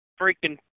freaking